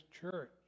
church